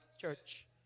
church